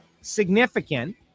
significant